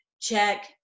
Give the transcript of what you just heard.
Check